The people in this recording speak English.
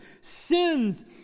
sins